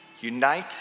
unite